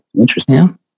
interesting